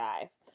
guys